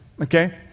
Okay